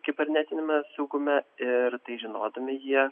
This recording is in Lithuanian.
kibernetiniame saugume ir tai žinodami jie